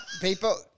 people